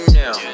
now